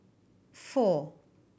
four